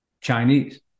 Chinese